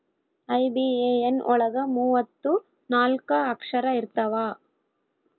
IBAN ಒಳಗ ಮೂವತ್ತು ನಾಲ್ಕ ಅಕ್ಷರ ಇರ್ತವಾ